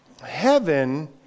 heaven